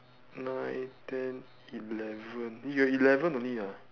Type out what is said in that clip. nine ten eleven you have eleven only ah